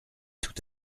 tout